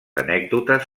anècdotes